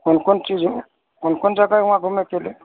कोन कोन चीज कोन कोन जगह हइ वहाँ घुमैके लिए